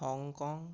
Hong Kong